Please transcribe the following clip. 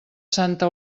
santa